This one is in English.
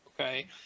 okay